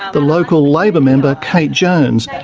the local labor member, kate jones,